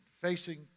facing